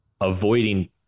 avoiding